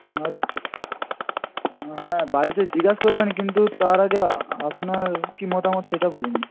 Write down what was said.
হ্যাঁ বাড়িতে জিজ্ঞাসা করবেন কিন্তু তার আগে আপনার কী মতামত সেটা বলুন না